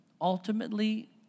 Ultimately